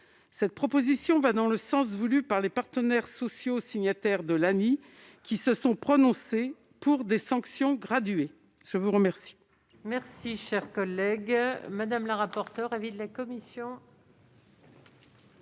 Cette proposition va dans le sens voulu par les partenaires sociaux signataires de l'ANI, qui se sont prononcés pour des sanctions graduées. Quel